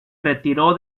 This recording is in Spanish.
retiró